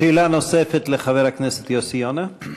שאלה נוספת לחבר הכנסת יוסי יונה.